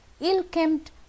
ill-kempt